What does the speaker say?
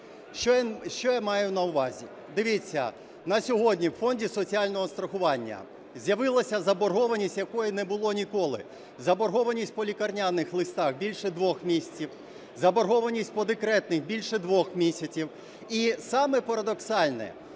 Що я маю на увазі? Дивіться, на сьогодні у Фонді соціального страхування з'явилася заборгованість, якої не було ніколи: заборгованість по лікарняних листах – більше двох місяців, заборгованість по декретних – більше двох місяців. І саме парадоксальне,